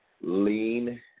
Lean